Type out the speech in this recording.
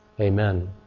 Amen